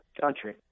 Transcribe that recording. country